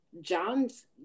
John's